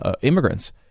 immigrants